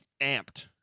amped